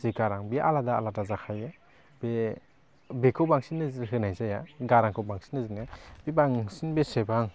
जि गारां बे आलादा आलादा जाखायो बे बेखौ बांसिन नोजोर होनाय जाया गारांखौ बांसिन ओरैनो बे बांसिन बेसेबां